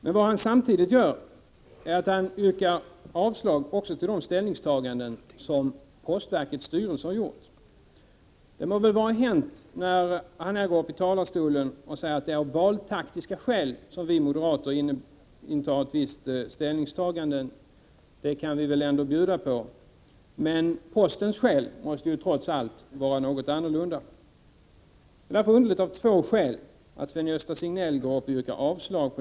Men vad han samtidigt gör är att han yrkar avslag på de ställningstaganden som postverkets styrelse har gjort. Det må vara hänt att han här ifrån talarstolen säger att det är av valtaktiska skäl som vi moderater gör ett visst ställningstagande — det kan vi ändå bjuda på — men postens skäl måste trots allt vara något annorlunda. Det är därför underligt av två skäl att Sven-Gösta Signell yrkar avslag.